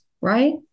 right